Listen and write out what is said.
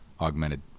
Augmented